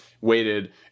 Waited